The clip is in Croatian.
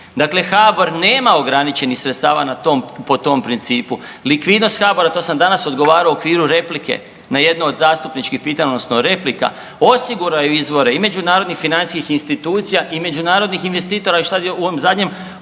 dakle HABOR nema ograničenih sredstava na tom, po tom principu, likvidnost HABOR-a to sam danas odgovarao u okviru replike na jedno od zastupničkih pitanja odnosno replika, osigurao je izvore i međunarodnih financijskih institucija i međunarodnih investitora i šta je u ovom zadnjem koraku